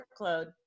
workload